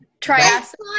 Triassic